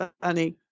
funny